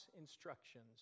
instructions